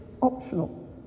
optional